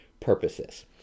purposes